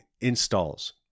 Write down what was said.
installs